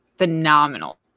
phenomenal